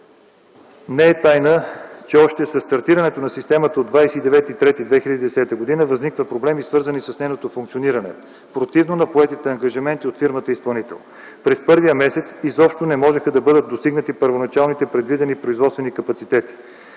Не е тайна, че още със стартирането на системата от 29.03.2010 г. възникват проблеми свързани с нейното функциониране, противно на поетите ангажименти от фирмата изпълнител. През първия месец изобщо не можеха да бъдат достигнати първоначалните предвидени производствени капацитети.